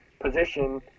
position